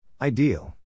Ideal